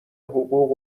حقوق